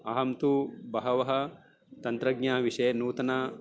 अहं तु बहवः तन्त्रज्ञविषये नूतनां